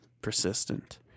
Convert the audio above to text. Persistent